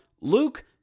Luke